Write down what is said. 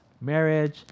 marriage